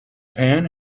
pan